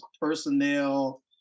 personnel